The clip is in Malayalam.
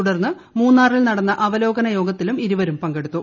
തുടർന്ന് മൂന്നാറിൽ നടന്ന അവലോകനയോഗത്തിലും ഇരുവരും പങ്കെടുത്തു